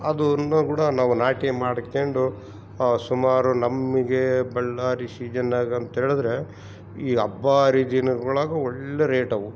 ಅದು ಒಂದು ಗೂಡ ನಾವು ನಾಟಿ ಮಾಡ್ಕೊಂಡು ಸುಮಾರು ನಮಗೆ ಬಳ್ಳಾರಿ ಸೀಜನ್ನಾಗ ಅಂತೇಳಿದ್ರೆ ಈ ಹಬ್ಬ ಹರಿದಿನಗಳಗು ಒಳ್ಳೆ ರೇಟ್ ಅವು